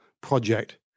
project